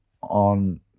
on